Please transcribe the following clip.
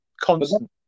Constant